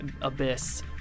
abyss